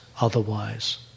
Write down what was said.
otherwise